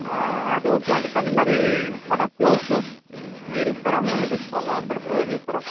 అద ఓకే అండి కానీ మరి మన క్లోత్స్ మీరు ఇస్తారా మేమే తెచ్చుకోవాలా అక్కడ ప్రొవైడ్ చేస్తారా